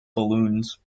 balloons